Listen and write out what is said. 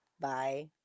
Bye